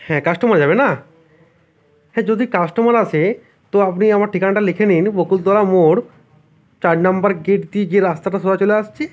হ্যাঁ কাস্টমার যাবে না হ্যাঁ যদি কাস্টমার আসে তো আপনি আমার ঠিকানাটা লিখে নিন বকুলতলা মোড় চার নাম্বার গেট দিয়ে যে রাস্তাটা সোজা চলে আসছে